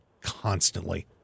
constantly